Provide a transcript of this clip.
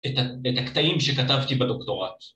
‫את ה.. את ההקטעים שכתבתי בדוקטורט.